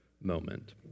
moment